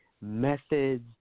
methods